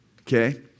okay